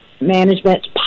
management